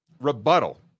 rebuttal